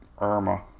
Irma